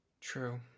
True